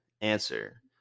answer